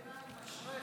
בפתיחה